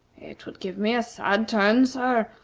it would give me a sad turn, sir,